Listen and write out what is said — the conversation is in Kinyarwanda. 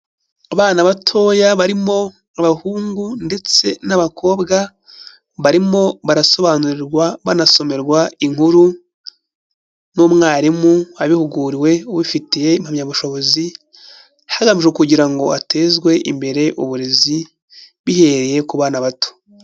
Abana batoya barimo abahungu ndetse n'abakobwa barimo barasobanurirwa banasomerwa inkuru n'umwarimu wabihuguriwe ubifitiye impamyabushobozi, hagamijwe kugira ngo hatezwe imbere uburezi bihereye ku bana bato.